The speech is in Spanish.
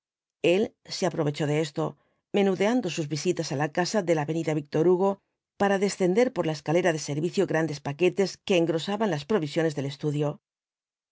el se aprovechó de esto menudeando sus visitas á la casa de la avenida víctor hugo para descender por la escalera de servicio grandes paquetes que engrosaban las provisiones del estudio